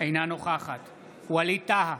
אינה נוכחת ווליד טאהא,